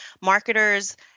marketers